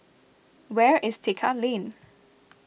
where is Tekka Lane